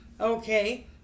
Okay